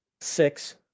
Six